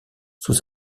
sous